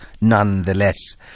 nonetheless